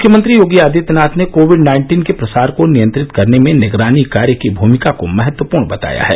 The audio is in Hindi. मुख्यमंत्री योगी आदित्यनाथ ने कोविड नाइन्टीन के प्रसार को नियंत्रित करने में निगरानी कार्य की भूमिका को महत्वपूर्ण बताया है